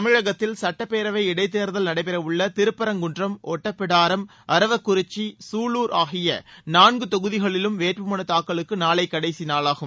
தமிழகத்தில் சுட்டப்பேரவை இடைத் தேர்தல் நடைபெற உள்ள திருப்பரங்குன்றம் ஓட்டப்பிடாரம் அரவக்குறிச்சி சூலூர் ஆகிய நான்கு தொகுதிகளிலும் வேட்பு மனு தாக்கலுக்கு நாளை கடைசி நாளாகும்